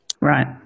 Right